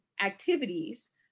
activities